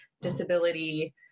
disability